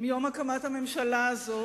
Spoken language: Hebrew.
מיום הקמת הממשלה הזאת,